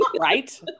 right